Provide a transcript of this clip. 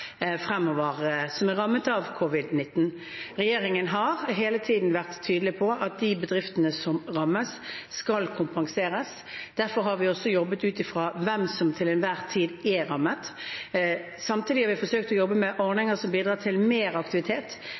fremover som er rammet av covid-19. Regjeringen har hele tiden vært tydelig på at de bedriftene som rammes, skal kompenseres. Derfor har vi også jobbet ut fra hvem som til enhver tid er rammet. Samtidig har vi forsøkt å jobbe med ordninger som bidrar til mer aktivitet